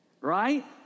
Right